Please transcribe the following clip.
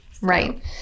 right